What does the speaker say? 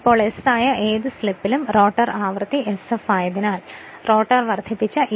ഇപ്പോൾ S ആയ ഏത് സ്ലിപ്പിലും റോട്ടർ ആവൃത്തി sf ആയതിനാൽ റോട്ടർ വർദ്ധിപ്പിച്ച ഇ